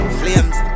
flames